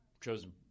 chosen